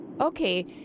Okay